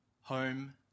Home